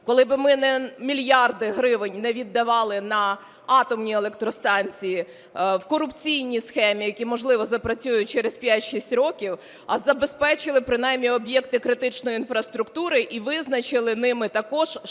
коли би ми мільярди гривень не віддавали на атомні електростанції в корупційній схемі, які, можливо, запрацюють через 5-6 років, а забезпечили б принаймні об'єкти критичної інфраструктури і визначили ними також школи